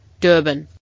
Durban